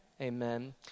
Amen